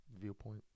viewpoint